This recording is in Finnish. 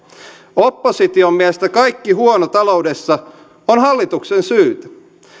opposition mielestä kaikki huono taloudessa on hallituksen syytä